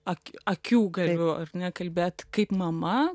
akių akių galiu nekalbėti kaip mama